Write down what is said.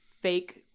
fake